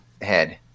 head